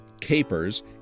Capers